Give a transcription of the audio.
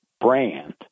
brand